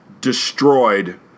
destroyed